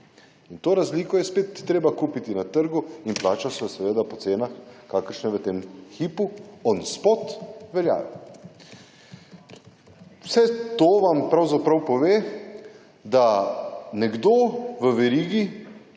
to razliko je spet treba kupiti na trgu in plačati po cenah kakršne v tem hipu on spot veljajo. Vse to vam pove, da nekdo v verigi